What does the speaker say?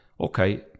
Okay